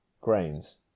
Grains